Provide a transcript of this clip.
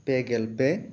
ᱯᱮ ᱜᱮᱞ ᱯᱮ